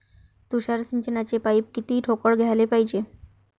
तुषार सिंचनाचे पाइप किती ठोकळ घ्याले पायजे?